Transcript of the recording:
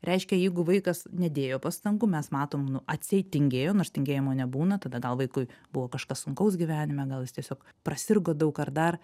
reiškia jeigu vaikas nedėjo pastangų mes matom nu atseit tingėjo nors tingėjimo nebūna tada gal vaikui buvo kažkas sunkaus gyvenime gal jis tiesiog prasirgo daug ar dar